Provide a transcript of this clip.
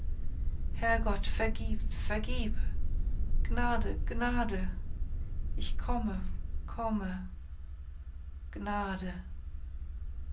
herrgott vergieb vergieb gnade gnade ich komme komme gnade